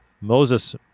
Moses